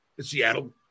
Seattle